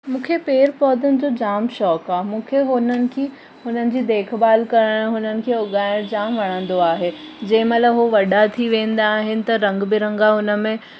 मूंखे पेड़ पौधनि जो जामु शौंक़ु आहे मूंखे हुननिखे हुननजी देखभाल करणु हुननि खे उगाइण जामु वणंदो आहे जंहिंमहिल हो वॾा थी वेंदा आहिनि त रंगु बिरंगा